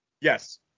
Yes